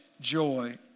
joy